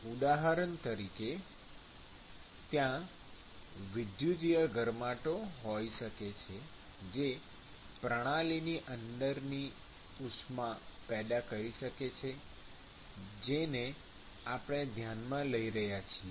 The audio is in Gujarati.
ઉદાહરણ તરીકે ત્યાં વિદ્યુતીય ગરમાટો હોઈ શકે છે જે પ્રણાલીની અંદર ઉષ્મા પેદા કરી શકે છે જેને આપણે ધ્યાનમાં લઈ રહ્યા છીએ